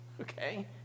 okay